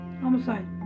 Homicide